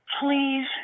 Please